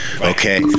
okay